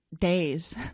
days